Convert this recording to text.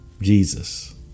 Jesus